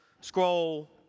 scroll